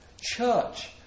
church